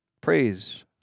Praise